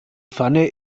pfanne